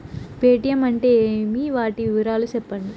Paytm అంటే ఏమి, వాటి వివరాలు సెప్పండి?